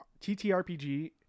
TTRPG